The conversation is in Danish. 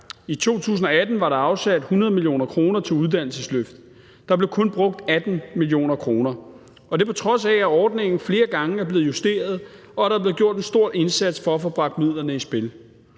I 2018 var der afsat 100 mio. kr. til uddannelsesløft. Der blev kun brugt 18 mio. kr., og det på trods af, at ordningen flere gange er blevet justeret, og at der er blevet gjort en stor indsats for at få bragt midlerne i spil.